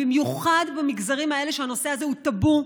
במיוחד במגזרים האלה שהנושא הזה הוא טאבו,